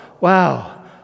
wow